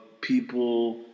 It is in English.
people